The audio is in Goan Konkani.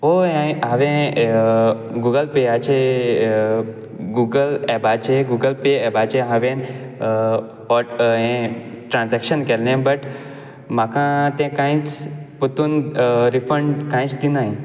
हय हांय हांवें गुगल पेआचेर गुगल ऍपाचेर गुगल पे ऍपाचेर हांवें ट्रांझेक्शन केल्लें बट म्हाका तें कांयच परतून रिफंड कांयच दिनाय